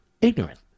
ignorant